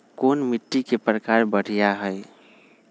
कोन मिट्टी के प्रकार बढ़िया हई?